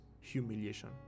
humiliation